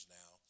now